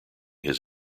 his